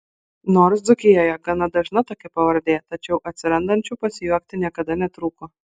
nors dzūkijoje gana dažna tokia pavardė tačiau atsirandančių pasijuokti niekada netrūko